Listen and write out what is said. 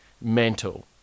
mental